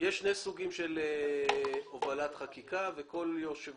יש שני סוגים של הובלת חקיקה וכל יושב